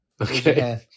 Okay